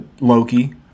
Loki